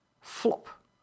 Flop